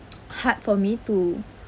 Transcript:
hard for me to